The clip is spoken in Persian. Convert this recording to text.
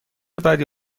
بدی